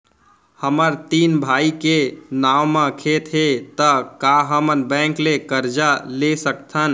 हमर तीन भाई के नाव म खेत हे त का हमन बैंक ले करजा ले सकथन?